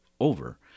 over